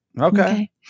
Okay